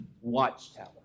watchtower